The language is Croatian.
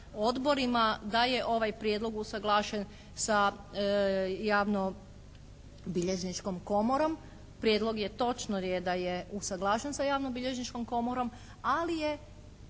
odborima da je ovaj prijedlog usuglašen sa javnobilježničkom Komorom. Prijedlog je točno da je usuglašen sa javnobilježničkom komorom, ali je